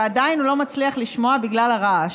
ועדיין הוא לא מצליח לשמוע בגלל הרעש.